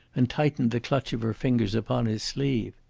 and tightened the clutch of her fingers upon his sleeve.